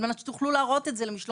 על מנת שתוכלו להראות את זה למשלחות.